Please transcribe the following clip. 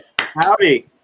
Howdy